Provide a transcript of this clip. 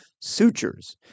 sutures